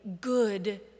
good